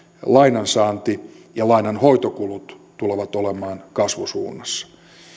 lainan saanti ja lainan hoitokulut tulevat olemaan kasvusuunnassa